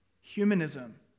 Humanism